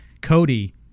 Cody